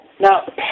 Now